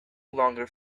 longer